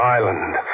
Island